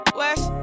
west